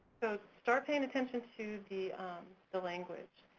so start paying attention to the the language.